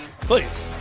Please